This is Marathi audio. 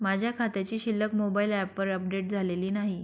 माझ्या खात्याची शिल्लक मोबाइल ॲपवर अपडेट झालेली नाही